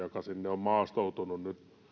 joka sinne on maastoutunut